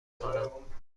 خوانم